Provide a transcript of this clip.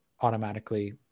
automatically